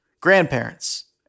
grandparents